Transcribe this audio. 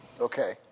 Okay